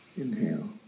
inhale